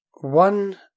one